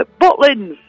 Butlin's